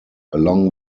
along